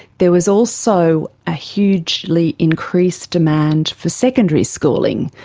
there was also a hugely increased demand for secondary schooling,